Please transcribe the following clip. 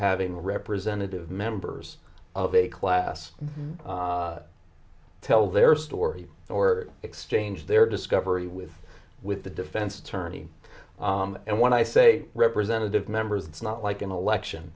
having representative members of a class tell their story or exchange their discovery with with the defense attorney and when i say representative members it's not like an election